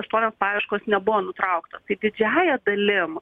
aštuonios paieškos nebuvo nutrauktos tai didžiąja dalim